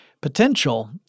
potential